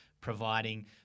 providing